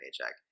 paycheck